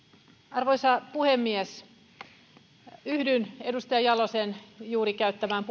arvoisa puhemies yhdyn edustaja jalosen juuri käyttämään